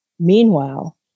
Meanwhile